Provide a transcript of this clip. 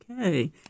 okay